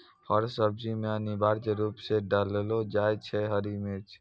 हर सब्जी मॅ अनिवार्य रूप सॅ डाललो जाय छै हरी मिर्च